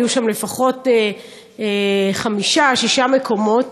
היו שם לפחות חמישה שישה מקומות,